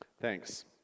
thanks